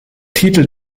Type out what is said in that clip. titel